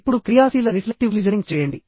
ఇప్పుడు క్రియాశీల reflective listening చేయండి